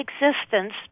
existence